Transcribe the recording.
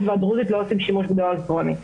והדרוזית לא עושים שימוש בדואר אלקטרוני.